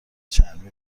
چرمی